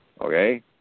okay